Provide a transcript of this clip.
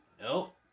Nope